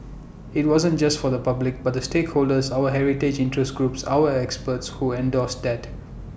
IT wasn't just for the public but the stakeholders our heritage interest groups our experts who endorsed that